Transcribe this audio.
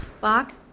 Bach